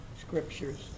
scriptures